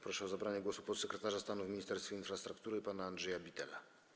Proszę o zabranie głosu podsekretarza stanu w Ministerstwie Infrastruktury pana Andrzeja Bittela.